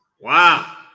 Wow